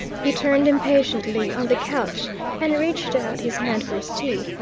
he turned impatiently on the couch and reached out his hand for his tea,